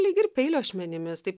lyg ir peilio ašmenimis taip